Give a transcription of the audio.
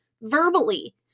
verbally